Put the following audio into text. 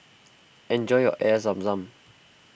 enjoy your Air Zam Zam